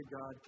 God